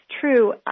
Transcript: true